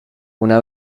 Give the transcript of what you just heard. una